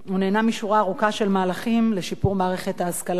ארוכה של מהלכים לשיפור מערכת ההשכלה הגבוהה.